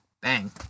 Bang